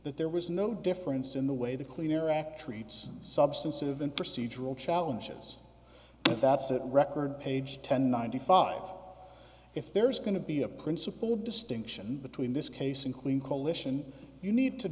that there was no difference in the way the clean air act treats substance event procedural challenges that's that record page ten ninety five if there is going to be a principle of distinction between this case and clean coalition you need to